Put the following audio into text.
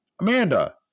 Amanda